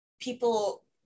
People